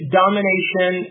domination